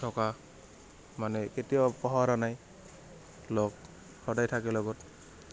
থকা মানে কেতিয়াও পাহৰা নাই লগ সদায় থাকে লগত